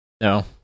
no